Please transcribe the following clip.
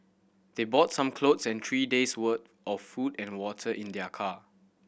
they brought some clothes and three days' worth of food and water in their car